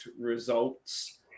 results